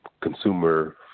consumer